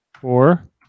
four